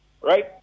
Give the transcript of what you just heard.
right